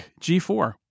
G4